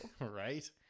Right